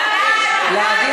והביטחון, לאנוס גויות.